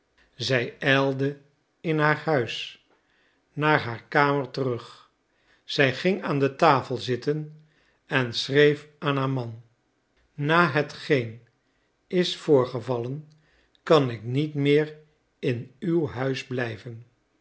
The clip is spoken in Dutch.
zij ijlde in haar huis naar haar kamer terug zij ging aan de tafel zitten en schreef aan haar man na hetgeen is voorgevallen kan ik niet meer in uw huis blijven